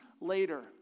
later